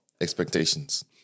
Expectations